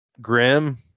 grim